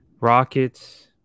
Rockets